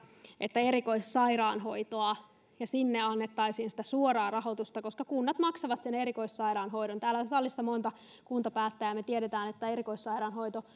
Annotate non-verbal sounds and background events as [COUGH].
että erikoissairaanhoitoon annettaisiin sitä suoraa rahoitusta koska kunnat maksavat sen erikoissairaanhoidon täällä salissa on monta kuntapäättäjää ja me tiedämme että erikoissairaanhoito [UNINTELLIGIBLE]